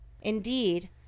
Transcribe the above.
indeed